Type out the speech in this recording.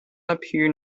appeared